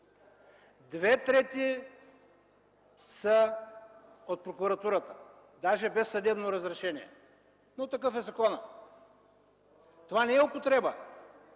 Две трети са от прокуратурата, даже без съдебно разрешение, но такъв е законът. Според мен това не е употреба.